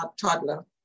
toddler